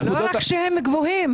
לא רק שהם גבוהים.